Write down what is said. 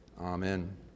Amen